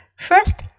First